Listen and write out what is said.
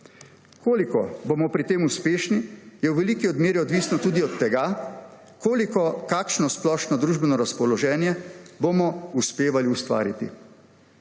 Koliko bomo pri tem uspešni, je v veliki meri odvisno od tega, kakšno splošno družbeno razpoloženje bomo uspevali ustvariti